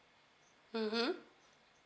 mmhmm